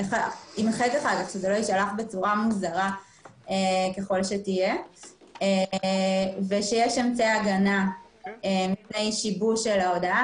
שזה לא יישלח בצורה מוזרה ככל שתהיה ושיש אמצעי הגנה על ההודעה.